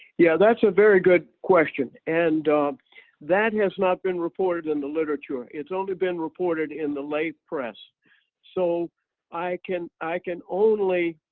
yeah, that's a very good question and that has not been reported in the literature. it's only been reported in the lay press so i can i can only